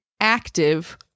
Active